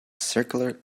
circular